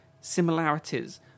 similarities